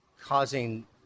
causing